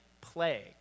plague